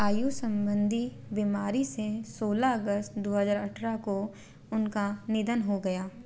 आयु संबंधी बीमारी से सोलह अगस्त दो हज़ार अठारह को उनका निधन हो गया